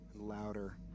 louder